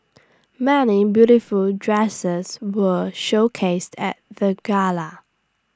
many beautiful dresses were showcased at the gala